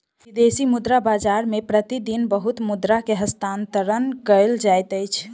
विदेशी मुद्रा बाजार मे प्रति दिन बहुत मुद्रा के हस्तांतरण कयल जाइत अछि